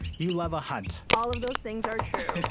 you love a hunt all of those things are true.